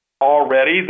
already